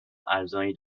ارزانی